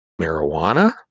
marijuana